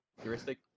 heuristic